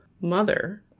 mother